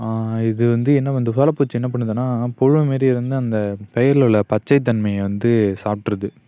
இது வந்து என்ன வந்து சோலை பூச்சி என்ன பண்ணுதுனால் புழு மாரி இருந்து அந்த பயிரில் உள்ள பச்சை தன்மையை வந்து சாப்பிட்ருது